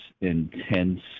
intense